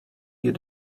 you